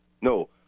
No